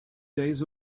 days